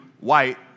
white